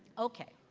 okay,